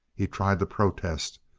he tried to protest,